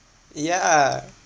yeah